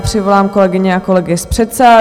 Přivolám kolegyně a kolegy z předsálí.